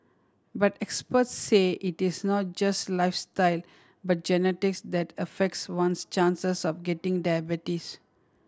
but experts say it is not just lifestyle but genetics that affects one's chances of getting diabetes